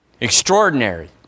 Extraordinary